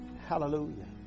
Hallelujah